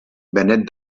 benet